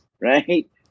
right